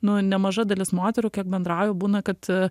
nu nemaža dalis moterų kiek bendrauju būna kad